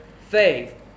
faith